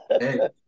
Hey